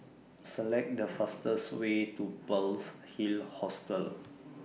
Select The fastest Way to Pearl's Hill Hostel